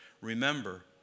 Remember